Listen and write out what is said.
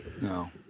No